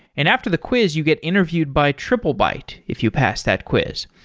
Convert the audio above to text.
and after the quiz, you get interviewed by triplebyte if you pass that quiz.